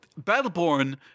Battleborn